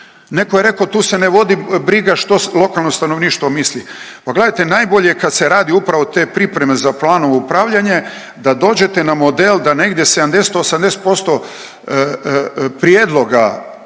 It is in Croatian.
Neko je reko tu se ne vodi briga što lokalno stanovništvo misli, pa gledajte najbolje je kad se radi upravo te pripreme za planove upravljanja da dođete na model da negdje 70, 80% prijedloga